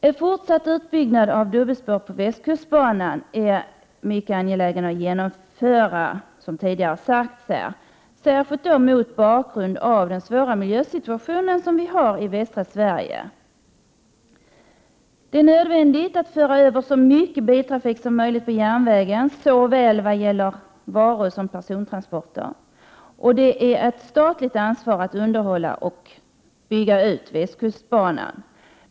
En fortsatt utbyggnad av dubbelspår på västkustbanan är mycket angelägen, som här tidigare har sagts, särskilt mot bakgrund av den svåra miljösituationen i Västsverige. Det är nödvändigt att föra över så mycket biltrafik som möjligt på järnväg. Det gäller så väl varusom persontransporter. Det är ett statligt ansvar att underhålla och bygga ut västkustbanan.